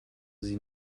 sie